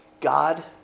god